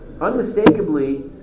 unmistakably